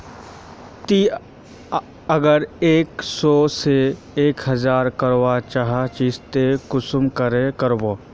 ती अगर एक सो से एक हजार करवा चाँ चची ते कुंसम करे करबो?